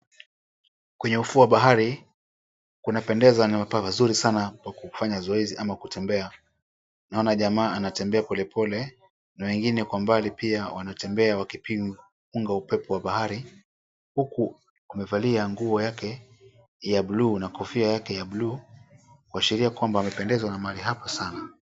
Kwenye ufuo wa bahari kunapendeza na ni pahali pazuri sana pa kufanya zoezi ama kutembea. Naona jamaa anatembea polepole na wengine kwa mbali pia wanatembea wakipunga upepo wa bahari huku wamevalia nguo yake ya buluu na kofia yake ya buluu kuashiria kwamba wamependezwa na mahali hapo sana.